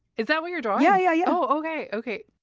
is that what you're drawing. yeah yeah yeah. oh ok. ok